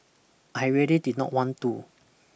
I really did not want to